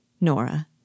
Nora